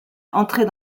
entrez